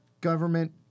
government